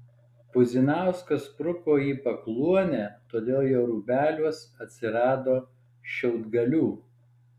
puzinauskas spruko į pakluonę todėl jo rūbeliuos atsirado šiaudgalių